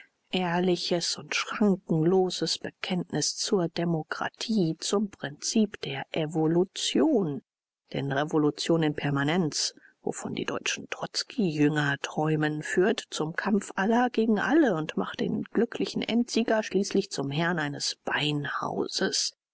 ehrliches und schrankenloses bekenntnis zur demokratie zum prinzip der evolution denn revolution in permanenz wovon die deutschen trotzki-jünger träumen führt zum kampf aller gegen alle und macht den glücklichen endsieger schließlich zum herrn eines beinhauses